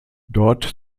dort